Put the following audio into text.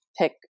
pick